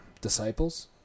disciples